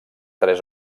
tres